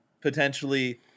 potentially